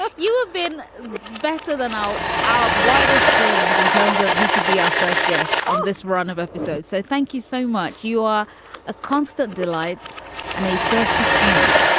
ah you have ah been better than now. our wildest dreams in terms of who could be our first guest on this run of episodes. so thank you so much. you are a constant delight and a thirsty queen.